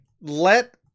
Let